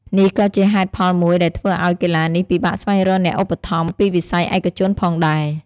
នេះក៏ជាហេតុផលមួយដែលធ្វើឲ្យកីឡានេះពិបាកស្វែងរកអ្នកឧបត្ថម្ភពីវិស័យឯកជនផងដែរ។